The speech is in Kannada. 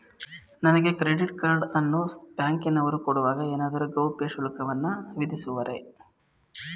ನನಗೆ ಕ್ರೆಡಿಟ್ ಕಾರ್ಡ್ ಅನ್ನು ಬ್ಯಾಂಕಿನವರು ಕೊಡುವಾಗ ಏನಾದರೂ ಗೌಪ್ಯ ಶುಲ್ಕವನ್ನು ವಿಧಿಸುವರೇ?